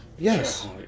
Yes